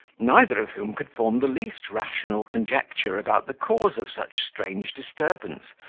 neither of whom could form the least rational conjecture about the cause of such strange disturbance,